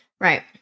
Right